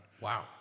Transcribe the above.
wow